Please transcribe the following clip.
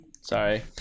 Sorry